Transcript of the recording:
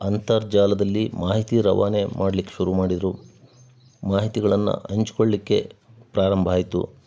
ಅಂತರ್ಜಾಲದಲ್ಲಿ ಮಾಹಿತಿ ರವಾನೆ ಮಾಡ್ಲಿಕ್ಕೆ ಶುರು ಮಾಡಿದರು ಮಾಹಿತಿಗಳನ್ನು ಹಂಚಿಕೊಳ್ಲಿಕ್ಕೆ ಪ್ರಾರಂಭ ಆಯಿತು